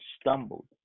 stumbled